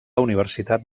universitat